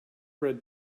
bred